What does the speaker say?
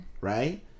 Right